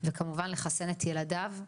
וכמובן לחסן את ילדיו.